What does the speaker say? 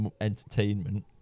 entertainment